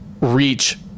reach